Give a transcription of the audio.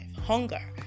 hunger